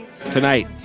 tonight